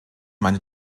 meine